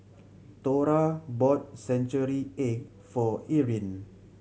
Thora bought century egg for Eryn